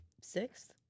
sixth